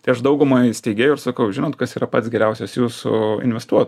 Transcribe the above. tai aš daugumai steigėjų ir sakau žinot kas yra pats geriausias jūsų investuotojas